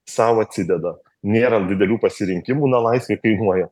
sau atsideda nėra didelių pasirinkimų na laisvė kainuoja